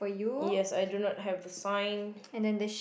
yes I do not have a sign